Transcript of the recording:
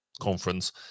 conference